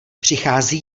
přichází